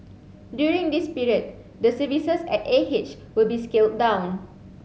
during this period the services at A H will be scaled down